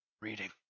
reading